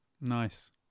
Nice